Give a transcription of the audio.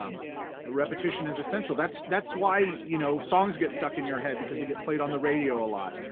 um ah repetition is essential, that's that's why you know songs get stuck in your head because they get played on the radio a lot,